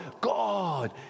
God